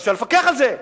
ואז אפשר לפקח על זה.